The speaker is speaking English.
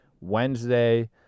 Wednesday